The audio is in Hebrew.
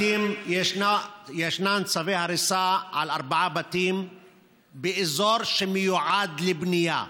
ישנם צווי הריסה על ארבעה בתים באזור שמיועד לבנייה,